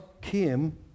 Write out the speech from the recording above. came